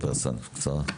בבקשה.